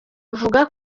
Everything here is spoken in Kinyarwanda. buvuga